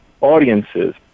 audiences